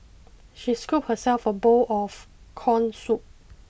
she scooped herself a bowl of corn soup